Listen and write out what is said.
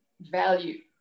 value